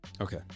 okay